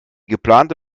geplante